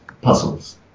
puzzles